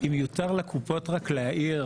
אם יותר לקופות רק להעיר,